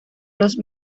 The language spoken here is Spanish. los